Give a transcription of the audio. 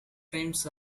frames